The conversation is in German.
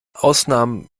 ausnahmen